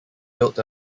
built